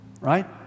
right